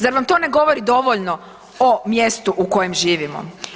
Zar vam to ne govori dovoljno o mjestu u kojem živimo?